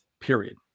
period